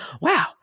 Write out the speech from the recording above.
wow